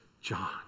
John